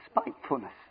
spitefulness